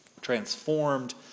transformed